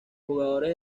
jugadores